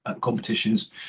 competitions